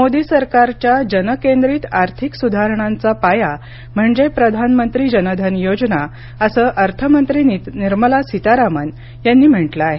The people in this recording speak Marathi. मोदी सरकारच्या जनकेंद्रित आर्थिक सुधारणांचा पाया म्हणजे प्रधानमंत्री जनधन योजना असं अर्थमंत्री निर्मला सीतारामन यांनी म्हटलं आहे